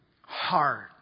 Hard